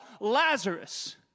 Lazarus